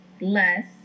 Less